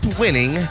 winning